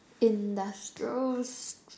industrial